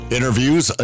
Interviews